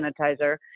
sanitizer